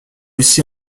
aussi